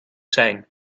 zijn